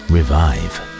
Revive